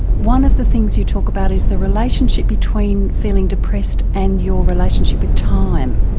one of the things you talk about is the relationship between feeling depressed and your relationship with time.